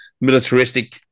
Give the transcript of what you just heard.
militaristic